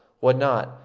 would not,